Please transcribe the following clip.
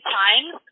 times